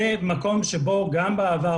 זה מקום שבו גם בעבר,